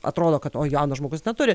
atrodo kad o jaunas žmogus neturi